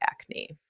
acne